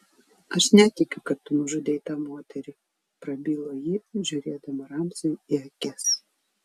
aš netikiu kad tu nužudei tą moterį prabilo ji žiūrėdama ramziui į akis